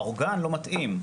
האורגן לא מתאים.